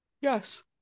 yes